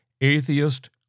atheist